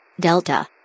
Delta